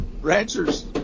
ranchers